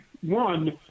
one